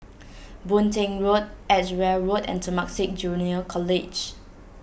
Boon Teck Road Edgeware Road and Temasek Junior College